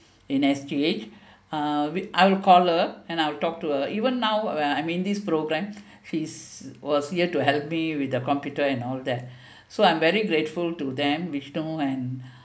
in S_G_H uh with I'll call her and I'll talk to her even now uh I mean this programs she's was here to help me with the computer and all that so I'm very grateful to them reginal and